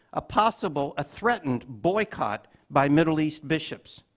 a possible, a threatened boycott by middle east bishops.